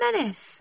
menace